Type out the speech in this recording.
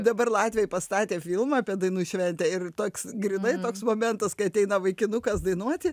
dabar latviai pastatė filmą apie dainų šventę ir toks grynai toks momentas kai ateina vaikinukas dainuoti